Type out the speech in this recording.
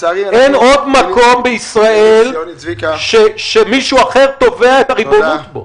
אין עוד מקום בישראל שמישהו תובע את הריבונות בו.